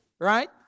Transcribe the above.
right